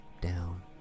down